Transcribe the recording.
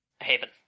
Haven